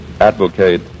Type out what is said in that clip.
advocate